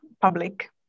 public